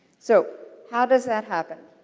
so, how does that happen?